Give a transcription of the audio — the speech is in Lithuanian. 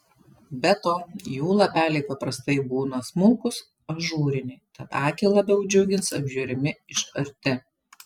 be to jų lapeliai paprastai būna smulkūs ažūriniai tad akį labiau džiugins apžiūrimi iš arti